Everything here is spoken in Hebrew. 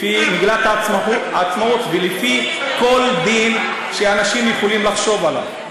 לפי מגילת העצמאות ולפי כל דין שאנשים יכולים לחשוב עליו.